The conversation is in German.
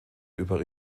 über